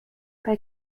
bei